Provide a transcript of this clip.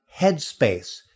headspace